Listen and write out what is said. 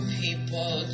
people